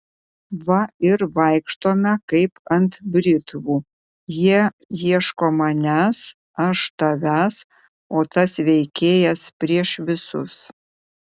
va ir vaikštome kaip ant britvų jie ieško manęs aš tavęs o tas veikėjas prieš visus